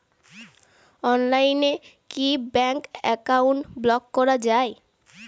অনলাইনে কি bank account block করা য়ায়?